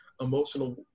emotional